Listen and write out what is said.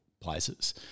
places